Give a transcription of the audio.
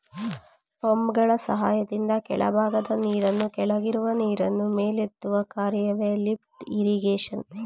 ಪಂಪ್ಗಳ ಸಹಾಯದಿಂದ ಕೆಳಭಾಗದ ನೀರನ್ನು ಕೆಳಗಿರುವ ನೀರನ್ನು ಮೇಲೆತ್ತುವ ಕಾರ್ಯವೆ ಲಿಫ್ಟ್ ಇರಿಗೇಶನ್